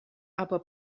aber